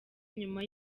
nyuma